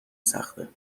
سخته